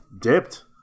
dipped